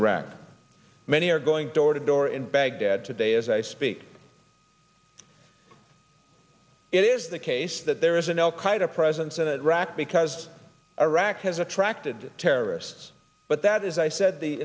and many are going door to door in baghdad today as i speak it is the case that there is an al qaida presence in iraq because iraq has attracted terrorists but that is i said the